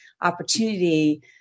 opportunity